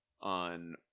on